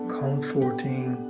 comforting